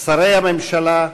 שרי הממשלה,